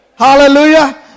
Hallelujah